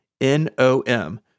N-O-M